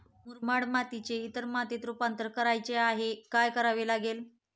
मुरमाड मातीचे इतर मातीत रुपांतर करायचे आहे, काय करावे लागेल?